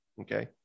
okay